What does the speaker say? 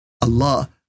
Allah